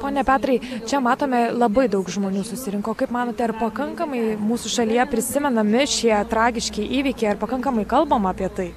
pone petrai čia matome labai daug žmonių susirinko kaip manote ar pakankamai mūsų šalyje prisimenami šie tragiški įvykiai ar pakankamai kalbama apie tai